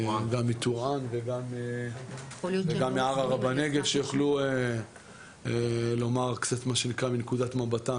גם מטורעאן וגם מערערה בנגב שיוכלו לומר קצת מנקודת מבטם,